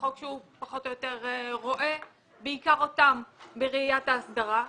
חוק שהוא פחות או יותר רואה בעיקר אותם בראיית ההסדרה.